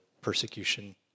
persecution